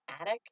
attic